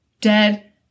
dead